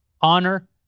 honor